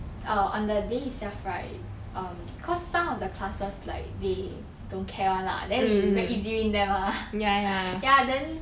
err on the day itself right um cause some of the classes like they don't care [one] lah then we make easy win them ah ya then